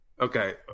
Okay